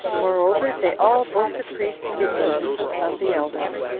moreover, they all, both the priest and the ancientest of the elders,